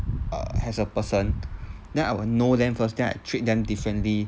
err as a person then I will know them first then I treat them differently